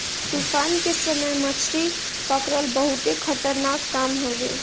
तूफान के समय मछरी पकड़ल बहुते खतरनाक काम हवे